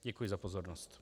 Děkuji za pozornost.